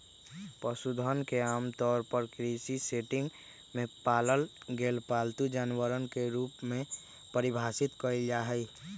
पशुधन के आमतौर पर कृषि सेटिंग में पालल गेल पालतू जानवरवन के रूप में परिभाषित कइल जाहई